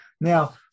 Now